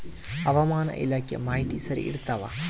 ಹವಾಮಾನ ಇಲಾಖೆ ಮಾಹಿತಿ ಸರಿ ಇರ್ತವ?